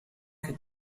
could